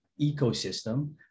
ecosystem